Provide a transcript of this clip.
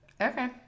okay